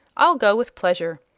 i'll go with pleasure.